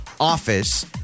office